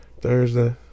Thursday